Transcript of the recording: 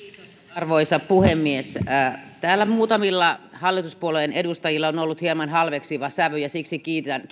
arvoisa puhemies täällä muutamilla hallituspuolueiden edustajilla on on ollut hieman halveksiva sävy ja siksi kiitän